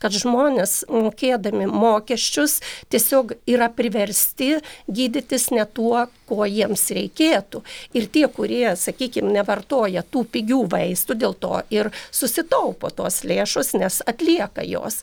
kad žmonės mokėdami mokesčius tiesiog yra priversti gydytis ne tuo ko jiems reikėtų ir tie kurie sakykim nevartoja tų pigių vaistų dėl to ir susitaupo tos lėšos nes atlieka jos